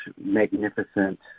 magnificent